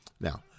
Now